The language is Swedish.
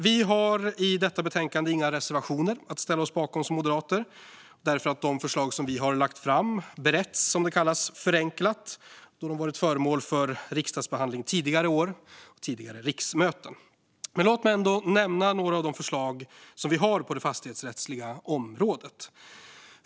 Vi moderater har i detta betänkande inga reservationer att ställa oss bakom, för de förslag som vi lagt fram har beretts förenklat, som det kallas, då de varit föremål för riksdagsbehandling tidigare år, tidigare riksmöten. Låt mig ändå nämna några av de förslag som vi har på det fastighetsrättsliga området.